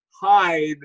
hide